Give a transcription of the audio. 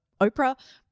Oprah